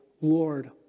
Lord